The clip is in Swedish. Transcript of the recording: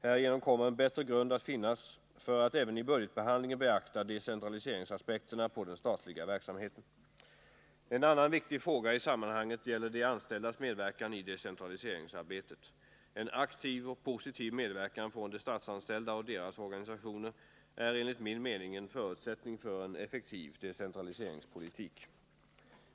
Härigenom kommer en bättre grund att finnas för att även i budgetbehandlingen beakta decentraliseringsaspekterna på den statliga verksamheten. En annan viktig fråga i sammanhanget gäller de anställdas medverkan i decentraliseringsarbetet. En aktiv och positiv medverkan från de statsanställda och deras organisationer är enligt min mening en förutsättning för en effektiv decentraliseringspolitik.